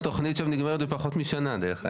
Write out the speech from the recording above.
ולכן, התוכנית שם נגמרת בפחות משנה, דרך אגב.